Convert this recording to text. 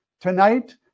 tonight